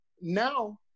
Now